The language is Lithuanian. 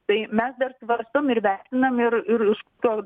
tai mes dar svarstom ir vertinam ir ir iš to